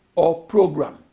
or program,